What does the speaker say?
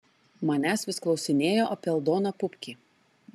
manęs vis klausinėjo apie aldoną pupkį